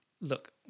look